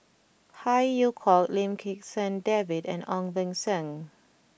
Phey Yew Kok Lim Kim San David and Ong Beng Seng